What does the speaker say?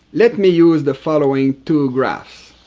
let me use the following two graphs.